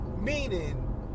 Meaning